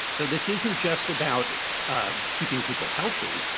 so this isn't just about ah keeping people healthy.